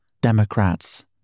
Democrats